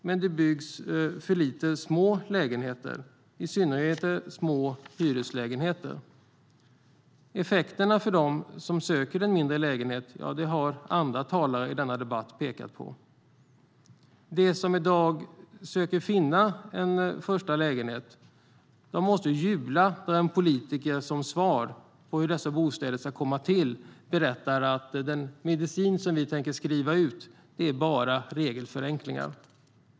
Men det byggs för få små lägenheter, i synnerhet små hyreslägenheter. Effekterna för dem som söker en mindre lägenhet har andra talare i denna debatt pekat på. De som i dag försöker finna en första lägenhet måste jubla när politiker som svar på frågan om hur dessa bostäder ska komma till berättar att den medicin som vi tänker skriva ut bara är regelförenklingar.